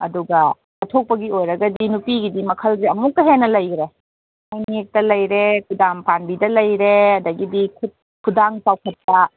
ꯑꯗꯨꯒ ꯆꯠꯊꯣꯛꯄꯒꯤ ꯑꯣꯏꯔꯒꯗꯤ ꯅꯨꯄꯤꯒꯤꯗꯤ ꯃꯈꯜꯁꯦ ꯑꯃꯨꯛꯀ ꯍꯦꯟꯅ ꯂꯩꯒ꯭ꯔꯦ ꯍꯥꯏ ꯅꯦꯛꯇ ꯂꯩꯔꯦ ꯀꯨꯗꯥꯝ ꯄꯥꯟꯕꯤꯗ ꯂꯩꯔꯦ ꯑꯗꯒꯤꯗꯤ ꯈꯨꯠ ꯈꯨꯗꯥꯡ ꯆꯥꯎꯈꯠꯄ